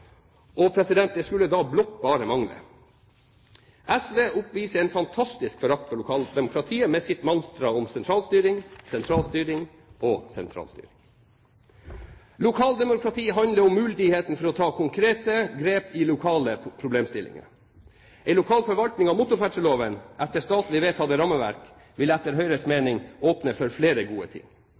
det skulle da bare mangle! SV oppviser en fantastisk forakt for lokaldemokratiet med sitt mantra om sentralstyring, sentralstyring og sentralstyring. Lokaldemokratiet handler om muligheten for å ta konkrete grep i lokale problemstillinger. En lokal forvaltning av motorferdselloven etter statlig vedtatt rammeverk vil etter Høyres mening åpne for flere gode ting.